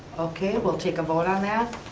okay, we'll take a vote on that.